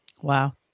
Wow